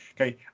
okay